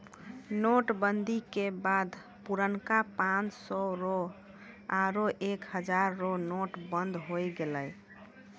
note बंदी के बाद पुरनका पांच सौ रो आरु एक हजारो के नोट बंद होय गेलै